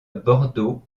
bordeaux